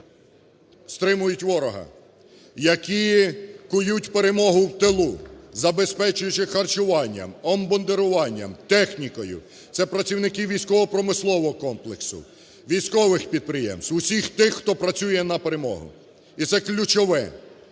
в руках стримують ворога, які кують перемогу в тилу, забезпечуючи харчуванням, обмундируванням, технікою – це працівники військово-промислового комплексу, військових підприємств, усіх тих, хто працює на перемогу. І це ключове,